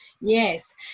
yes